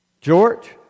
George